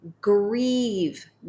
grieve